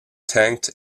thanked